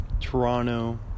Toronto